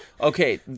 Okay